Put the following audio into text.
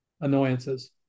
annoyances